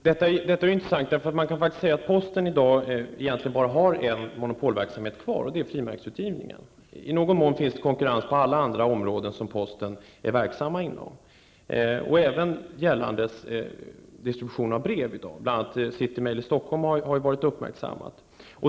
Herr talman! Det här är intressant. Posten har i dag egentligen bara en monopolverksamhet kvar, nämligen frimärksutgivningen. I någon mån finns det konkurrens på alla andra områden som posten är verksam inom. Det gäller distribution av brev i dag. Bl.a. har City Mail i Stockholm uppmärksammats.